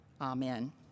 Amen